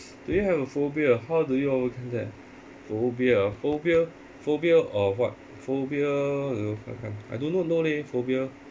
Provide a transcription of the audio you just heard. do you have a phobia how do you overcome that phobia phobia phobia of what phobia I do not know leh phobia